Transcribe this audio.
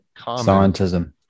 scientism